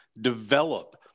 develop